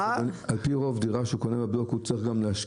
איך נראית